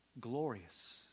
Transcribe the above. glorious